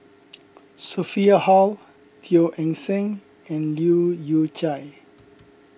Sophia Hull Teo Eng Seng and Leu Yew Chye